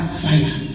fire